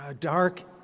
ah dark,